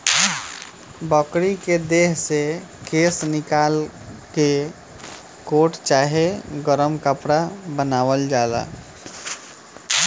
बकरी के देह से केश निकाल के कोट चाहे गरम कपड़ा बनावल जाला